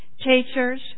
Teachers